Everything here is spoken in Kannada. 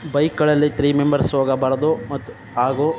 ಬೈಕ್ಗಳಲ್ಲಿ ಥ್ರೀ ಮೆಂಬರ್ಸ್ ಹೋಗಬಾರದು ಮತ್ತು ಹಾಗೂ